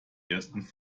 ersten